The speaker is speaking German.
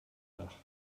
dach